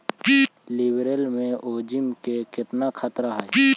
Leverage में जोखिम के केतना खतरा हइ?